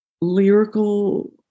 lyrical